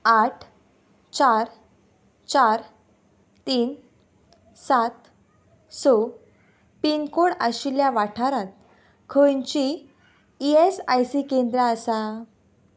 आठ चार चार तीन सात स पिनकोड आशिल्ल्या वाठारांत खंयचीं ई एस आय सी केंद्रां आसा